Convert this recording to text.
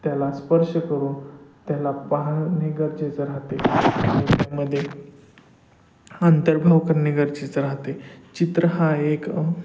त्याला स्पर्श करून त्याला पाहणे गरजेचं राहते त्यामध्ये अंतर्भाव करणे गरजेचं राहते चित्र हा एक